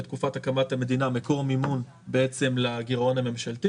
בתקופת הקמת המדינה מקור המימון בעצם לגירעון הממשלתי